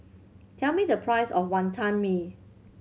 tell me the price of Wonton Mee